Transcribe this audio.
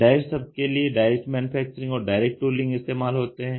direct शब्द के लिए डायरेक्ट मैन्युफैक्चरिंग और डायरेक्ट टूलिंग इस्तेमाल होते हैं